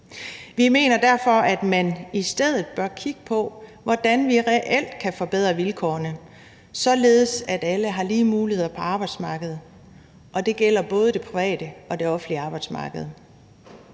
Vi mener derfor, at man i stedet bør kigge på, hvordan vi reelt kan forbedre vilkårene, således at alle har lige muligheder på arbejdsmarkedet, og det gælder både det private og det offentlige arbejdsmarked.